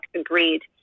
agreed